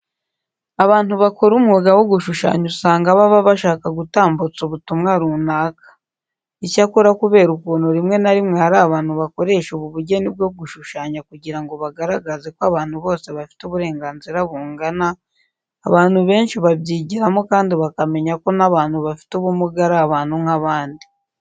Abantu bakora umwuga wo gushushanya usanga baba bashaka gutambutsa ubutumwa runaka. Icyakora kubera ukuntu rimwe na rimwe hari abantu bakoresha ubu bugeni bwo gushushanya kugira ngo bagaragaze ko abantu bose bafite uburenganzira bungana, abantu benshi babyigiramo kandi bakamenya ko n'abantu bafite ubumuga ari abantu nk'abandi.